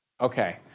Okay